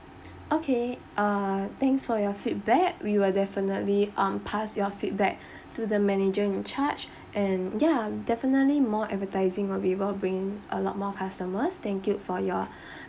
okay uh thanks for your feedback we will definitely um pass your feedback to the manager in charge and yeah definitely more advertising will be able to bring in a lot more customers thank you for your